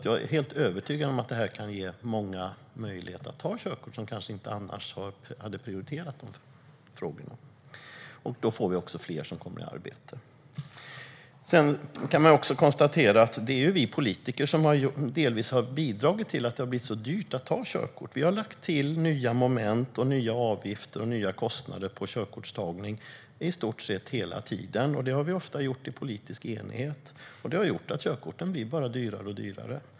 Jag är helt övertygad om att detta kan ge möjlighet att ta körkort för många som annars kanske inte skulle ha prioriterat det. Då får vi också fler som kommer i arbete. Man kan konstatera att det är vi politiker som delvis har bidragit till att det har blivit så dyrt att ta körkort. Vi har lagt till nya moment, nya avgifter och nya kostnader på körkortstagning i stort sett hela tiden, och vi har ofta gjort det i politisk enighet. Det har gjort att körkorten bara blir dyrare och dyrare.